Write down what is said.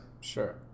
Sure